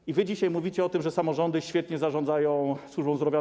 I wy dzisiaj mówicie o tym, że samorządy świetnie zarządzają służbą zdrowia?